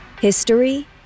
History